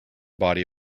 body